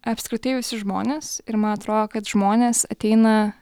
apskritai visi žmonės ir man atrodo kad žmonės ateina